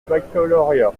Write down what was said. baccalauréat